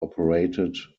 operated